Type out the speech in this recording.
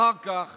אחר כך